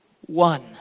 one